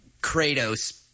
Kratos